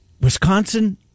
Wisconsin